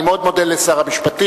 אני מאוד מודה לשר המשפטים.